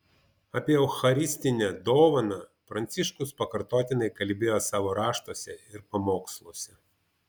apie eucharistinę dovaną pranciškus pakartotinai kalbėjo savo raštuose ir pamoksluose